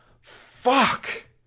fuck